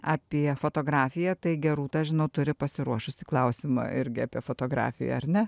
apie fotografiją tai gerūta žinau turi pasiruošusi klausimą irgi apie fotografiją ar ne